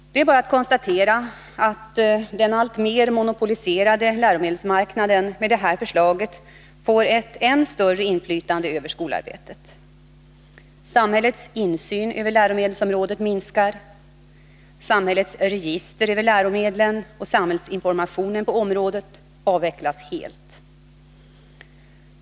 Det är bara att konstatera att den alltmer monopoliserade läromedelsmarknaden med det här förslaget får ett än större inflytande över skolarbetet. Samhällets insyn över läromedelsområdet minskar. Samhällets register över läromedel och samhällsinformationen på området avvecklas helt.